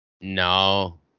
no